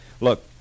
Look